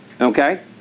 Okay